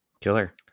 Killer